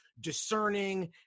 discerning